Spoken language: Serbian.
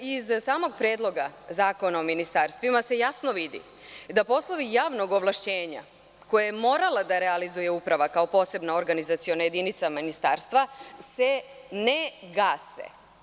Iz samog Predloga zakona o ministarstvima se jasno vidi da poslovi javnog ovlašćenja koje je morala da realizuje Uprava kao posebna organizaciona jedinica ministarstva, se ne gase.